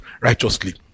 righteously